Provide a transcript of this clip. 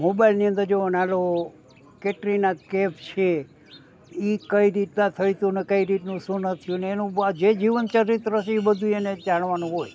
મોબાઇલની અંદર જુઓ ને હાલો કેટરીના કૈફ છે એ કઈ રીતના થઈ તેને કઈ રીતનું શું ન થયું ને એનું જે જીવનચરિત્ર છે એ બધું એને જાણવાનું હોય